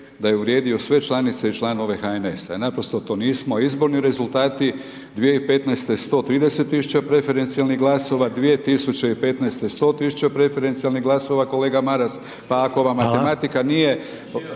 da je uvrijedio sve članice i članove HNS-a i naprosto to nismo, izborni rezultati 2015. 130 000 preferencijalnih glasova, 2015. 100 000 preferencijalnih glasova, kolega Maras, pa ako vama matematika ne